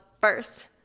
first